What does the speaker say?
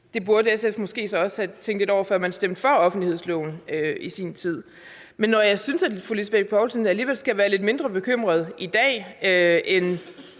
Det burde SF så måske også have tænkt lidt over, før man stemte for offentlighedsloven i sin tid. Men når jeg synes, at fru Lisbeth Bech Poulsen alligevel skal være lidt mindre bekymret i dag, end